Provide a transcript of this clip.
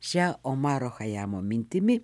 šią omaro chajamo mintimi